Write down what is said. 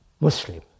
Muslim